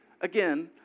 Again